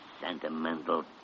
sentimental